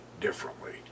differently